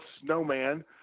SNOWMAN